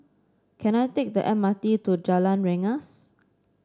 can I take the M R T to Jalan Rengas